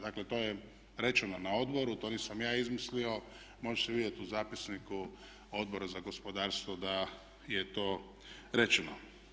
Dakle, to je rečeno na odboru, to nisam ja izmislio, može se vidjeti u zapisniku Odbora za gospodarstvo da je to rečeno.